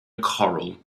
corral